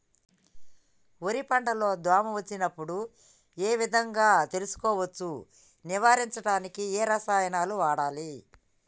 వరి పంట లో దోమ వచ్చినప్పుడు ఏ విధంగా తెలుసుకోవచ్చు? నివారించడానికి ఏ రసాయనాలు వాడాలి?